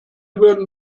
würden